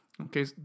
Okay